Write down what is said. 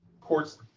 court's